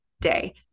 day